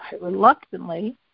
reluctantly